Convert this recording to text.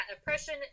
oppression